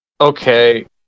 okay